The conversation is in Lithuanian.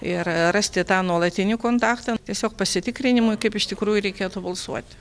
ir rasti tą nuolatinį kontaktą tiesiog pasitikrinimui kaip iš tikrųjų reikėtų balsuoti